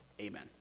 Amen